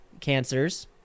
cancers